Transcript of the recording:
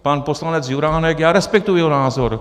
Pan poslanec Juránek já respektuji jeho názor.